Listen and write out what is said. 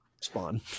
Spawn